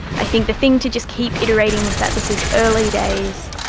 i think the thing to just keep iterating is that this is early days,